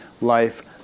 life